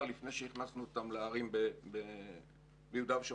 לפני שהכנסנו אותם לערים ביהודה ושומרון.